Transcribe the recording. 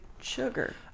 sugar